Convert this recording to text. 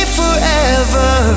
forever